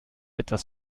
etwas